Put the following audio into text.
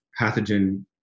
pathogen